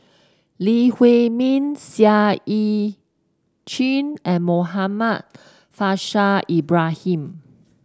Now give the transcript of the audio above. Lee Huei Min Seah Eu Chin and Muhammad Faishal Ibrahim